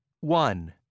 One